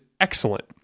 excellent